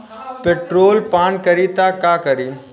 Petrol पान करी त का करी?